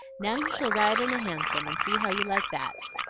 now you shall ride in a hansom, and see how you like that.